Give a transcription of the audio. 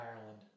Ireland